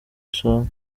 isonga